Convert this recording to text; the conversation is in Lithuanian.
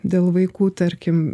dėl vaikų tarkim